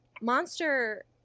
Monster